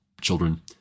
children